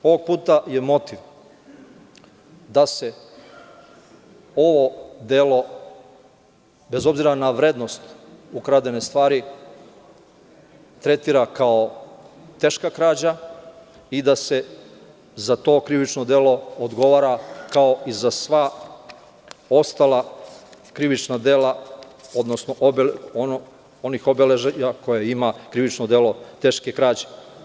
Ovog puta je motiv da se ovo delo, bez obzira na vrednost ukradene stvari, tretira kao teška krađa i da se za to krivično delo odgovara kao i za sva ostala krivična dela, odnosno onih obeležja koje ima krivično delo teške krađe.